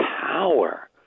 power